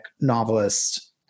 novelist